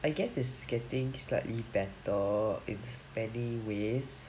I guess it's getting slightly better in many ways